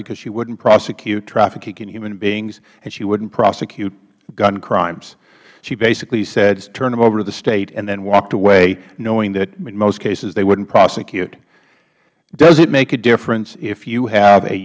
because she wouldn't prosecute trafficking in human beings and she wouldn't prosecute gun crimes she basically said turn them over to the state and then walked away knowing that in most cases they wouldn't prosecute does it make a difference if you have a